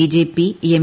BJP M